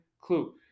clue